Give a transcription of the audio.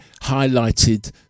highlighted